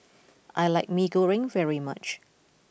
I like Mee Goreng very much